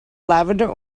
lavender